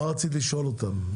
מה רצית לשאול אותם,